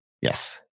Yes